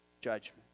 judgment